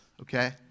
okay